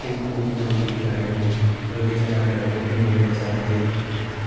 खूप खूप जुनं मंदिर आहे बो गंगेच्या काठाला बोटिंग वगैरे चालते